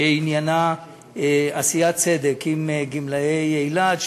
שעניינה עשיית צדק עם גמלאי אילת,